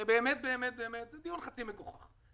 הרי באמת באמת באמת זה דיון חצי מגוחך.